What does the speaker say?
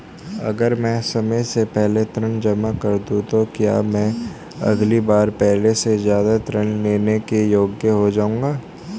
अगर मैं समय से पहले ऋण जमा कर दूं तो क्या मैं अगली बार पहले से ज़्यादा ऋण लेने के योग्य हो जाऊँगा?